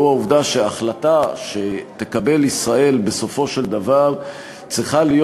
והוא העובדה שההחלטה שתקבל ישראל בסופו של דבר צריכה להיות